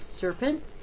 serpent